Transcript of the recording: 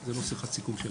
זה לא שיחת סיכום שלנו.